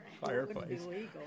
fireplace